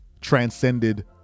transcended